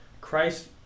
Christ